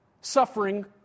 suffering